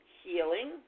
healing